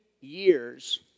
years